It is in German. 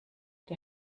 der